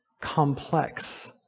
complex